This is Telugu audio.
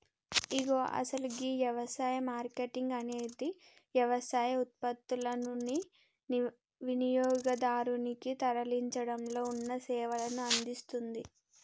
ఇగో అసలు గీ యవసాయ మార్కేటింగ్ అనేది యవసాయ ఉత్పత్తులనుని వినియోగదారునికి తరలించడంలో ఉన్న సేవలను అందిస్తుంది